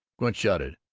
gunch shouted,